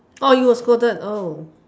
oh you got scolded oh